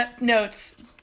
notes